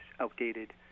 outdated